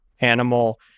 animal